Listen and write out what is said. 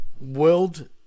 world